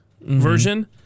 version